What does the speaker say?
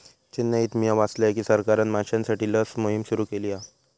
चेन्नईत मिया वाचलय की सरकारना माश्यांसाठी लस मोहिम सुरू केली हा